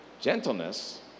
Gentleness